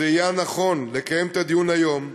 היה נכון לקיים את הדיון הזה היום.